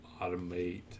automate